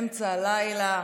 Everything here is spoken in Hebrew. אמצע הלילה,